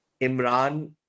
Imran